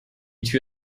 tür